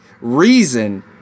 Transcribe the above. reason